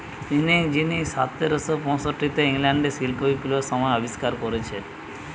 spinning যিনি সতেরশ পয়ষট্টিতে ইংল্যান্ডে শিল্প বিপ্লবের সময় আবিষ্কার কোরেছে